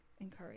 encourage